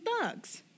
thugs